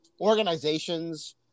organizations